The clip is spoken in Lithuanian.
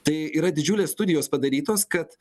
tai yra didžiulės studijos padarytos kad